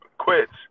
quits